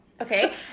Okay